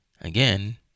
again